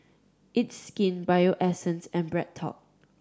It's Skin Bio Essence and BreadTalk